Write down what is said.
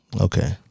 Okay